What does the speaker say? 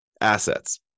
assets